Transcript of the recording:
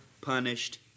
punished